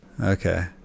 Okay